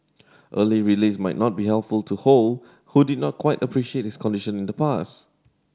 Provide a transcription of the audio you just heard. early release might not be helpful to Ho who did not quite appreciate his condition in the past